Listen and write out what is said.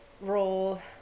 role